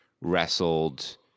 wrestled